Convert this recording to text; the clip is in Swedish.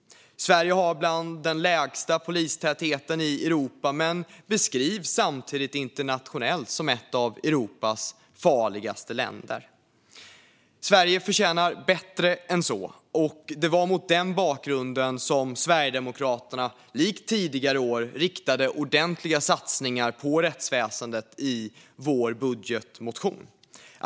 Sverige har bland den lägsta polistätheten i Europa men beskrivs samtidigt internationellt som ett av Europas farligaste länder. Sverige förtjänar bättre än så, och det var mot den bakgrunden som Sverigedemokraterna, likt tidigare år, riktade ordentliga satsningar på rättsväsendet i vår budgetmotion.